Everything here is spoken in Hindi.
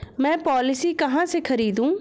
मैं पॉलिसी कहाँ से खरीदूं?